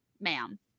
ma'am